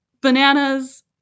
bananas